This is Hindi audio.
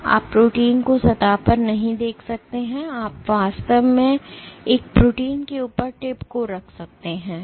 इसलिए आप प्रोटीन को सतह पर नहीं देख सकते हैं कि आप वास्तव में एक प्रोटीन के ऊपर टिप को रख सकते हैं